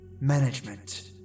management